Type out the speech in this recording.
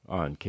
on